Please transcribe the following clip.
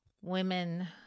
women